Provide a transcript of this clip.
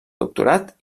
doctorat